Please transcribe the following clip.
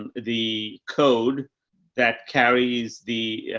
and the code that carries the,